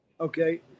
Okay